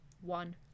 One